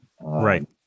Right